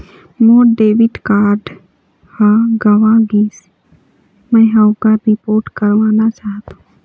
मोर debit card ह गंवा गिसे, मै ह ओकर रिपोर्ट करवाना चाहथों